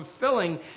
fulfilling